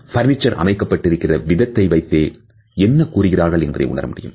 furniture அமைக்கப்பட்டிருக்கிறது விதத்தை வைத்தே என்ன கூறுகிறார்கள் என்பதை உணர முடியும்